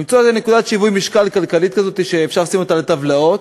למצוא איזו נקודת שיווי משקל כלכלית כזאת שאפשר לשים אותה בטבלאות,